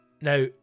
now